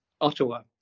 Ottawa